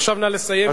עכשיו נא לסיים.